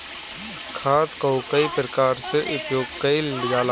खाद कअ कई प्रकार से उपयोग कइल जाला